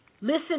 listen